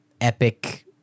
epic